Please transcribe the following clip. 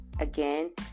again